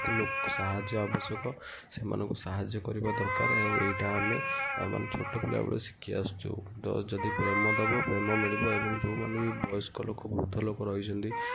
ଲୋକ ସାହାଯ୍ୟ ଆବଶ୍ୟକ ସେମାନଙ୍କୁ ସାହାଯ୍ୟ କରିବା ଦରକାର ଆଉ ଏଇଟା ଆମେ ମାନେ ଛୋଟ ପିଲାବେଳୁ ଶିଖି ଆସୁଛଉ ତ ଯଦି ପ୍ରେମ ଦେବ ପ୍ରେମ ମିଳିବ ଏବଂ ଯେଉଁମାନେ ବି ବୟସ୍କ ଲୋକ ବୃଦ୍ଧ ଲୋକ ରହିଛନ୍ତି